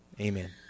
Amen